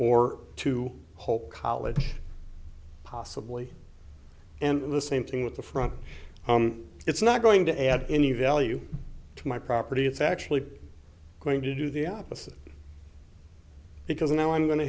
or to hope college possibly and the same thing with the front it's not going to add any value to my property it's actually going to do the opposite because now i'm going to